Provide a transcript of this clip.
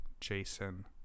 Jason